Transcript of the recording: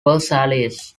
versailles